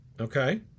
Okay